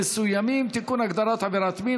השוואת תנאי לקוח ונותן שירות בעניין החזרת טובין),